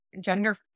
gender